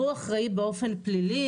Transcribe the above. והוא אחראי באופן פלילי.